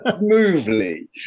smoothly